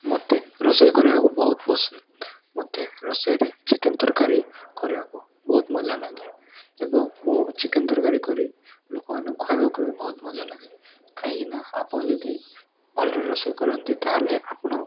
ମୋତେ ରୋଷେଇ କରିବାକୁ ବହୁତ ପସନ୍ଦ ମୋତେ ରୋଷେଇରେ ଚିକେନ୍ ତରକାରୀ କରିବାକୁ ବହୁତ ମଜା ଲାଗେ ଏବଂ ମୁଁ ଚିକେନ୍ ତରକାରୀ କରି ଲୋକମାନଙ୍କୁ ଖୁଆଇବାକୁ ବି ବହୁତ ମଜା ଲାଗେ କାହିଁକିନା ଆପଣ ଯଦି ଭଲରେ ରୋଷେଇ କରନ୍ତି ତାହେଲେ ଆପଣ